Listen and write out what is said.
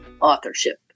authorship